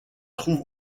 trouve